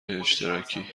اشتراکی